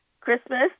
Christmas